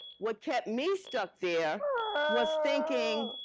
what kept me stuck there was thinking,